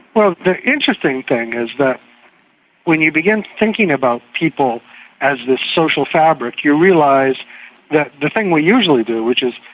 well, the interesting thing is that when you begin thinking about people as this social fabric, you realise that the thing we usually do, which is,